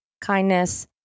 Kindness